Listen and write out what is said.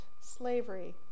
slavery